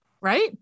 right